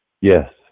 Yes